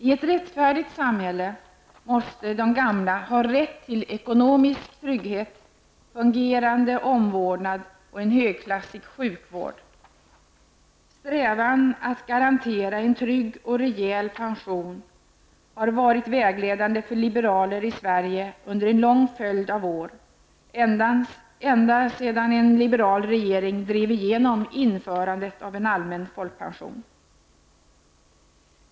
I ett rättfärdigt samhälle måste de gamla ha rätt till ekonomisk trygghet, fungerande omvårdnad och en högklassig sjukvård. Strävan att garantera en trygg och rejäl pension har varit vägledande för liberaler i Sverige under en lång följd av år -- ända sedan en liberal regering drev igenom införandet av en allmän folkpension.